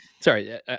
Sorry